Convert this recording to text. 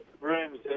rooms